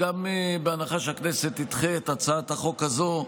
בהנחה שהכנסת תדחה את הצעת החוק הזו,